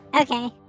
Okay